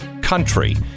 country